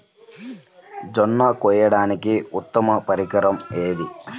జొన్న కోయడానికి ఉత్తమ పరికరం ఏది?